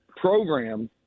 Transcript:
program